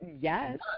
Yes